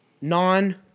non